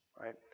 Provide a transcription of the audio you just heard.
right